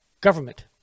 government